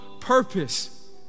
purpose